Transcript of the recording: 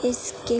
skip